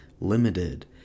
limited